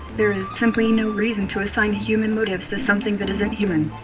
there is simply no reason to assign human motives to something that isn't human.